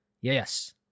Yes